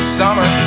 summer